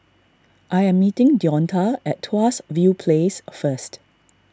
I am meeting Deonta at Tuas View Place first